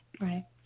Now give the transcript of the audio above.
Right